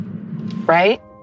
right